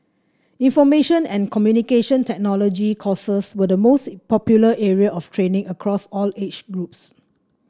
Information and Communication Technology courses were the most popular area of training across all age groups